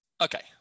Okay